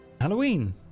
Halloween